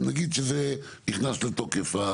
נגיד שזה נכנס לתוקף.